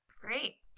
Great